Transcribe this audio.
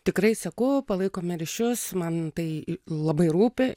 tikrai sakau palaikome ryšius man tai labai rūpi